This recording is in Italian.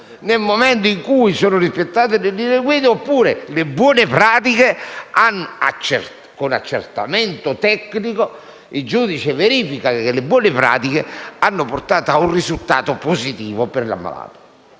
nel momento in cui sono rispettate le linea guide oppure se, con accertamento tecnico, il giudice verifica che le buone pratiche hanno portato a un risultato positivo per l'ammalato.